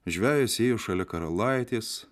žvejas ėjo šalia karalaitės